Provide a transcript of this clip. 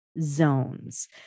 zones